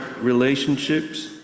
relationships